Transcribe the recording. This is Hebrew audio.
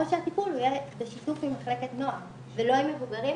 או שהטיפול יהיה בשיתוף עם מחלקת נוער ולא עם מבוגרים,